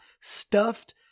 stuffed